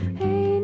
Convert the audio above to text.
hey